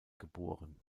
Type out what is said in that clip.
geboren